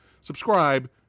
Subscribe